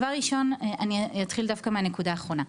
אני אתחיל דווקא מהנקודה האחרונה.